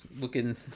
Looking